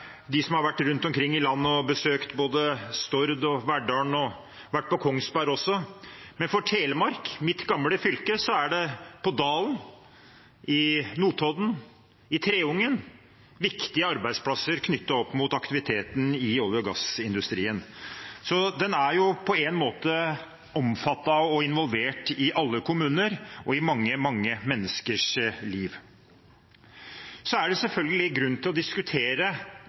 har vært rundt og besøkt både Stord, Verdal og Kongsberg. I mitt gamle fylke, Telemark, er det på Dalen, i Notodden og i Treungen viktige arbeidsplasser knyttet opp mot aktiviteten i olje- og gassindustrien. Så den er på en måte omfattet og involvert i alle kommuner – og i mange, mange menneskers liv. Det er selvfølgelig grunn til å diskutere